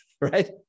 Right